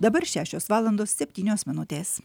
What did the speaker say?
dabar šešios valandos septynios minutės